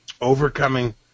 overcoming